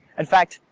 in fact,